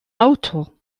auto